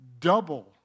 double